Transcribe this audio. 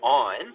on